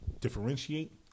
differentiate